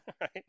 right